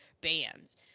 bands